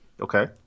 Okay